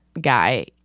guy